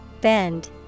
Bend